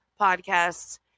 Podcasts